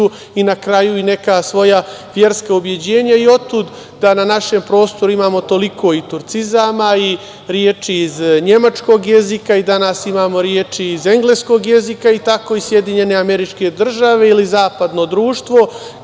i na kraju i neka svoja verska ubeđenja i otud da na našem prostoru imamo toliko i turcizama i reči iz nemačkog jezika. Danas imamo reči i iz engleskog jezika. I tako SAD ili zapadno društvo